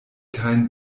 kein